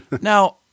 Now